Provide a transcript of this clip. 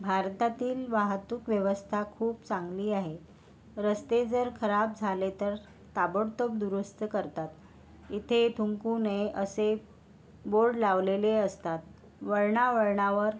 भारतातील वाहतूक व्यवस्था खूप चांगली आहे रस्ते जर खराब झाले तर ताबडतोब दुरुस्त करतात इथे थुंकू नये असे बोर्ड लावलेले असतात वळणावळणावर